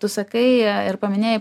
tu sakai ir paminėjai